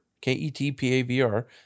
K-E-T-P-A-V-R